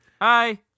Hi